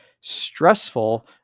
stressful